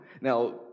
Now